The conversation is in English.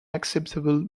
acceptable